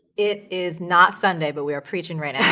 it is not sunday, but we are preaching right now.